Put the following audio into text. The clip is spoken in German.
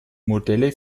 modelle